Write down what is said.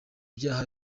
byaha